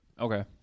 Okay